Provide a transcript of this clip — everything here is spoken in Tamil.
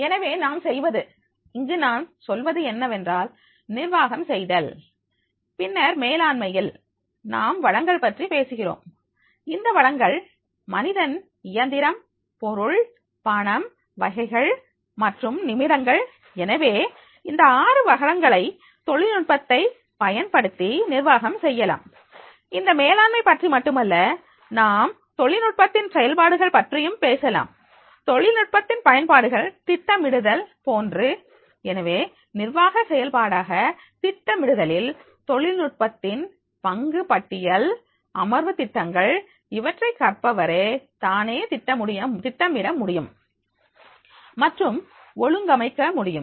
எனவே நாம் செய்வது இங்கு நான் சொல்வது என்னவென்றால் நிர்வாகம் செய்தல் பின்னர் மேலாண்மையில் நாம் வளங்கள் பற்றி பேசுகிறோம் அந்த வளங்கள் மனிதன் இயந்திரம் பொருள் பணம் வகைகள் மற்றும் நிமிடங்கள் எனவே இந்த ஆறு வளங்களை தொழில்நுட்பத்தை பயன்படுத்தி நிர்வாகம் செய்யலாம் இந்த மேலாண்மை பற்றி மட்டுமல்ல நாம் தொழில்நுட்பத்தின் செயல்பாடுகள் பற்றியும் பேசலாம் தொழில்நுட்பத்தின் பயன்பாடுகள் திட்டமிடுதல் போன்று எனவே நிர்வாக செயல்பாடாக திட்டமிடுதலில் தொழில்நுட்பத்தின் பங்கு பட்டியல் அமர்வு திட்டங்கள் இவற்றை கற்பவரே தானே திட்டமிட முடியும் மற்றும் ஒழுங்கமைக்க முடியும்